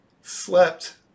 slept